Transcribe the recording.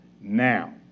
Now